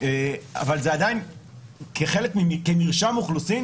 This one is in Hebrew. אבל זה עדיין כמרשם אוכלוסין,